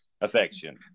affection